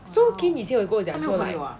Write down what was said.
so kain 以前有讲说 like